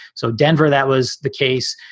so denver, that was the case.